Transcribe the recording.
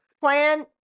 plan